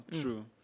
true